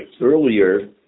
earlier